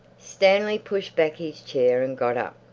stanley pushed back his chair and got up.